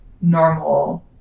normal